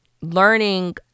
learning